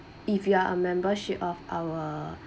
if you are a membership of our